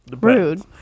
rude